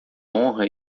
honra